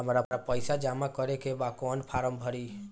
हमरा पइसा जमा करेके बा कवन फारम भरी?